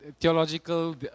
theological